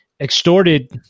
extorted